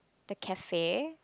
the cafe